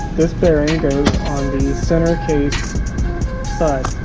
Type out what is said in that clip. this bearing center case side.